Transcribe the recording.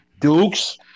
Dukes